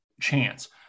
chance